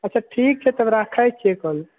अच्छा ठीक छै तब राखै छी कॉल